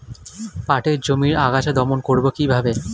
পাটের জমির আগাছা দমন করবো কিভাবে?